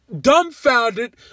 Dumbfounded